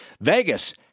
Vegas